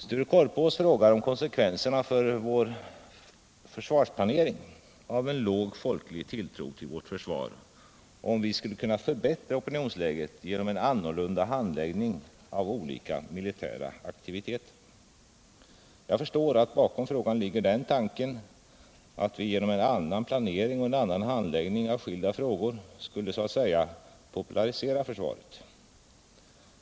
Sture Korpås frågar om konsekvenserna för vår försvarsplanering av en låg folklig tilltro till vårt försvar och om vi skulle kunna förbättra opinionsläget genom en annorlunda handläggning av olika militära aktiviteter. Jag förstår att bakom frågan ligger den tanken att vi genom en annan planering och en annan handläggning av skilda frågor skulle, så att säga, popularisera försvaret.